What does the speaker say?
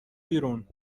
بیرون